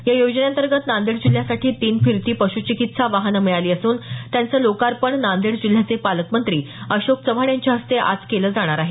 या योजनेअंतर्गत नांदेड जिल्ह्यासाठी तीन फिरती पशु चिकित्सा वाहनं मिळाली असून त्यांचं लोकार्पण नांदेड जिल्ह्याचे पालकमंत्री अशोक चव्हाण यांच्या हस्ते आज केलं जाणार आहे